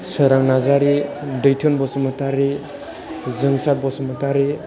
सोरां नारजारि दैथुन बसुमतारि जोंसार बसुमतारि